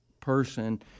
person